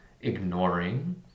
ignoring